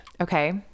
Okay